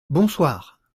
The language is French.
bonsoir